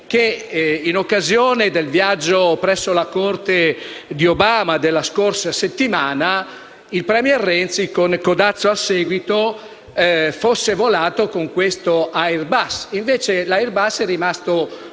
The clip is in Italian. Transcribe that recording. in occasione del viaggio presso la corte di Obama della scorsa settimana, il *premier* Renzi, con codazzo al seguito, fosse volato con questo Airbus*,* che invece è rimasto